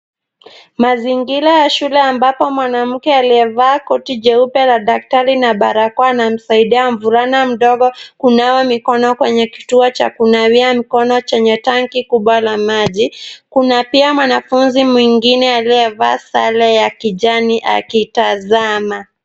Mazingira ya shule ambapo mwanamke aliyevaa koti jeupe la daktari na barakoa anamsaidia mvulana mdogo kunawa mikono kwenye kituo cha kunawia mkono chenye tanki kubwa la maji. Kuna pia mwanafunzi mwingine aliyevaa sare ya kijani akitazama.